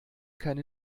keine